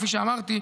כפי שאמרתי,